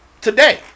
today